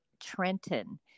trenton